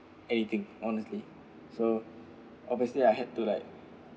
anything honestly so obviously I had to like